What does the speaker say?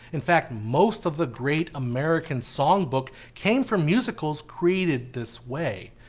in fact most of the great american songbook came from musicals created this way.